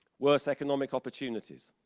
worse economic opportunities,